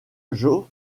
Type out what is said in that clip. jos